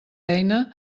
eina